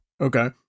Okay